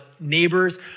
neighbors